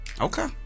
Okay